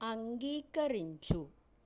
అంగీకరించు